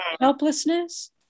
helplessness